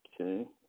Okay